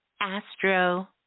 astro